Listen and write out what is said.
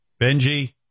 Benji